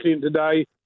today